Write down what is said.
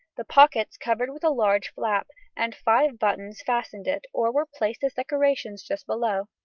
the pockets covered with a large flap, and five buttons fastened it or were placed as decorations just below